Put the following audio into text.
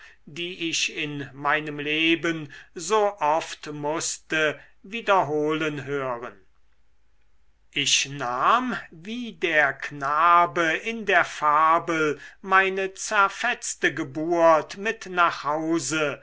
die ich in meinem leben so oft mußte wiederholen hören ich nahm wie der knabe in der fabel meine zerfetzte geburt mit nach hause